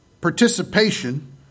participation